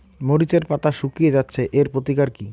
মরিচের পাতা শুকিয়ে যাচ্ছে এর প্রতিকার কি?